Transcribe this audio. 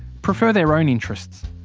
prefer their own interests.